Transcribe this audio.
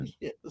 yes